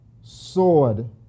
sword